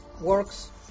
works